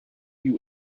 you